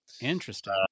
Interesting